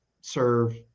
serve